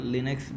Linux